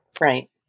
Right